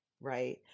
right